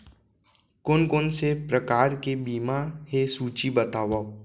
कोन कोन से प्रकार के बीमा हे सूची बतावव?